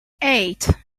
eight